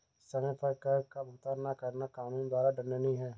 समय पर कर का भुगतान न करना कानून द्वारा दंडनीय है